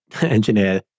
engineer